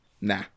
nah